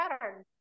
pattern